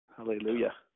Hallelujah